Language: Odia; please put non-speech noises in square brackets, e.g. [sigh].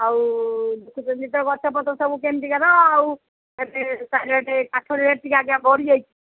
ଆଉ ଦେଖୁଛନ୍ତି ତ ଗଛ ପତ୍ର ସବୁ କେମିତି ଯାକ ଆଉ [unintelligible] କାଠ ରେଟ୍ ଟିକେ ଆଜ୍ଞା ବଢ଼ିଯାଇଛି